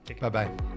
Bye-bye